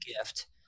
gift